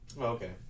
Okay